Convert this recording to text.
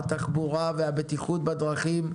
התחבורה והבטיחות בדרכים,